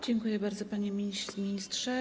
Dziękuję bardzo, panie ministrze.